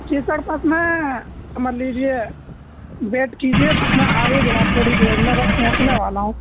جی sir بس میں سمجھ لیجیے ویٹ کیجیے بس میں آ ہی گیا تھوڑی دیر میں بس پہنچنے والا ہوں